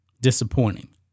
disappointing